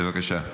בבקשה.